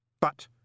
But